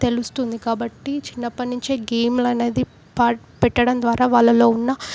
తెలుస్తుంది కాబట్టి చిన్నప్పడి నుంచే గేమ్లు అనేది పా పెట్టడం ద్వారా వాళ్ళల్లో ఉన్నా